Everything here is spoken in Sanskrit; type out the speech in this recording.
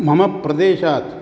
मम प्रदेशात्